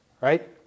right